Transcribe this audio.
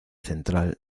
central